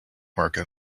market